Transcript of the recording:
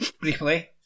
briefly